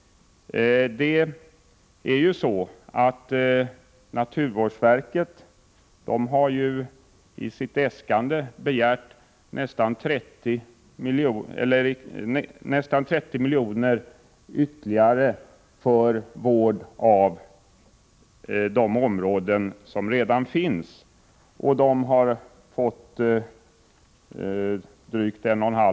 Naturvårdsverket har ju begärt ytterligare nästan 30 milj.kr. för vård av de områden som redan är avsatta för naturvårdsändamål.